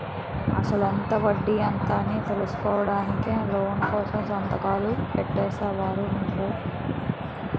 అసలెంత? వడ్డీ ఎంత? అని తెలుసుకోకుండానే లోను కోసం సంతకాలు పెట్టేశావా నువ్వు?